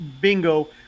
Bingo